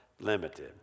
limited